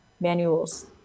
manuals